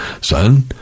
son